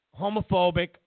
homophobic